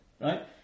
right